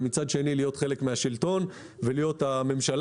ומצד שני להיות חלק מהשלטון ולהיות הממשלה.